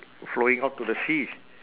flowing out to the sea